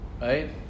Right